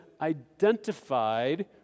identified